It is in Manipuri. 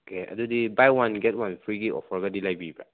ꯑꯀꯦ ꯑꯗꯨꯗꯤ ꯕꯥꯏ ꯋꯥꯟ ꯒꯦꯠ ꯋꯥꯟ ꯐ꯭ꯔꯤꯒꯤ ꯑꯣꯐꯔꯒꯗꯤ ꯂꯩꯕꯤꯕ꯭ꯔ